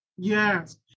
Yes